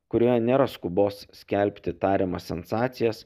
kurioje nėra skubos skelbti tariamas sensacijas